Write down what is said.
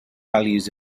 values